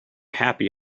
happy